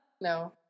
No